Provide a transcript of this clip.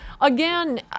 again